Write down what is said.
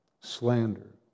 slander